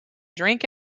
drink